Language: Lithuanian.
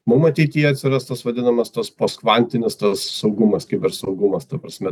mum ateityje atsiras tas vadinamas tas postkvantinis tas saugumas kibersaugumas ta prasme